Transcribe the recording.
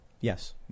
Yes